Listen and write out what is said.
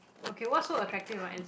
okay what's so attractive about ants